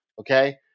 okay